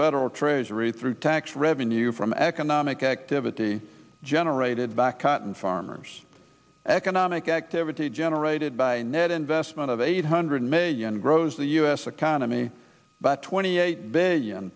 federal treasury through tax revenue from economic activity generated back cotton farmers economic activity generated by net investment of eight hundred million grows the u s economy by twenty eight billion